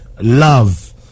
love